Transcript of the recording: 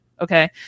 Okay